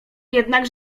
jednak